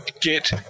get